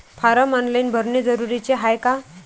Form online भरने जरुरीचे हाय का?